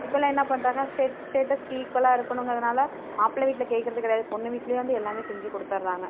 இப்போலாம் என்ன பண்ணுறாங்க ஸ்டேட்டஸ்கு ஈக்வலாக இருக்கணும்கறதுனால மாப்ளை வீட்டில் கேட்கறது கிடையாது பொண்ணு வீட்லேயே வந்து எல்லாமே செஞ்சு கொடுத்தட்றாங்க